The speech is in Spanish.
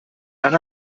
han